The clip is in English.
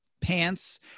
pants